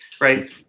right